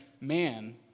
man